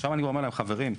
עכשיו אני אומר להם: חברים,